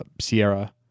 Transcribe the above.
Sierra